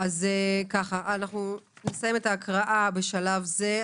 אנחנו נסיים את ההקראה בשלב זה.